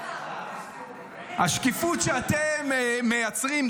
השקיפות שאתם מייצרים,